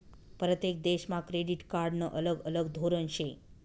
परतेक देशमा क्रेडिट कार्डनं अलग अलग धोरन शे